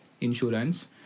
insurance